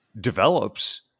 develops